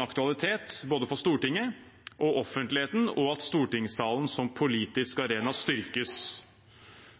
aktualitet både for Stortinget og for offentligheten, og at stortingssalen som politisk arena styrkes.